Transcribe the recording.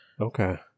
Okay